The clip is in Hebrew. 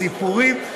סיפורים,